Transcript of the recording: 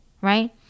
right